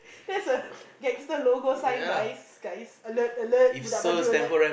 that's a gangster logo sign guys guys alert alert alert